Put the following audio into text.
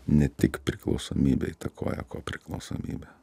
ne tik priklausomybė įtakoja kopriklausomybę